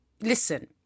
listen